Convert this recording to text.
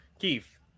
Keith